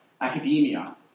Academia